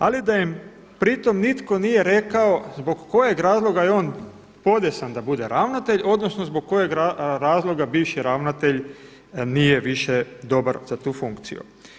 Ali da im pritom nitko nije rekao zbog kojeg razloga je on podesan da bude ravnatelj, odnosno zbog kojeg razloga bivši ravnatelj nije više dobar za tu funkciju.